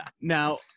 now